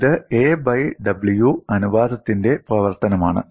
ഇത് a by w അനുപാതത്തിന്റെ പ്രവർത്തനമാണ്